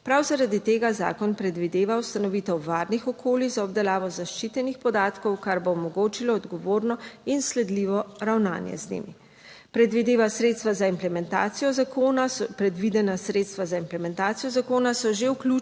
Prav zaradi tega zakon predvideva ustanovitev varnih okolij za obdelavo zaščitenih podatkov, kar bo omogočilo odgovorno in sledljivo ravnanje z njimi. Predvideva sredstva za implementacijo zakona, predvidena